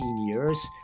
years